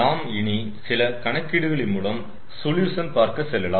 நாம் இனி சில கணக்கீடுகளின் மூலம் சொல்யூஷன் பார்க்கச் செல்லலாம்